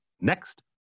Next